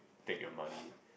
take your money